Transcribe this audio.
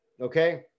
Okay